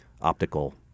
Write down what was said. optical